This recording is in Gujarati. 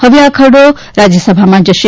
હવે આ ખરડો રાજ્યસભામા જશે